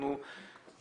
וכנ"ל המונים האלה.